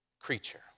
creature